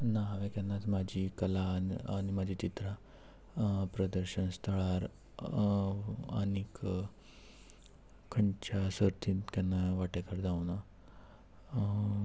ना हांवें केन्नाच म्हजी कला आनी आनी म्हजी चित्रां प्रदर्शन स्थळार आनीक खंयच्या सर्तीन केन्नाय वांटेकार जावंक ना